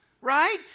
right